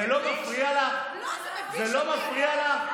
זה לא מפריע לך?